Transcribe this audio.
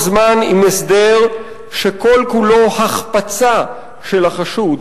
זמן עם הסדר שכל כולו החפצה של החשוד,